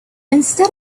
instead